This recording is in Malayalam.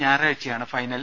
ഞായറാഴ്ചയാണ് ഫൈനൽ